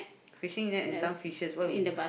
fishing net and some fishes